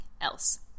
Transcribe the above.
else